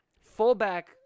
Fullback